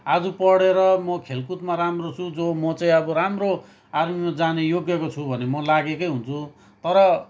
आज पढेर मो खेलकुदमा राम्रो छु जो मो चाहिँ अब राम्रो आर्मीमा जाने योग्यको छु भने म लागेकै हुन्छु तर